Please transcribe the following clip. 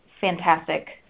fantastic